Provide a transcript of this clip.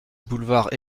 boulevard